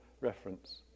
reference